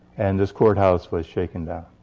and this courthouse was shaken down.